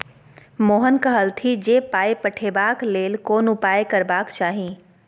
मोहन कहलथि जे पाय पठेबाक लेल कोन उपाय करबाक चाही